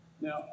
Now